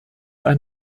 ein